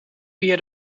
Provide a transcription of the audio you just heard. via